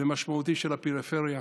ומשמעותי של הפריפריה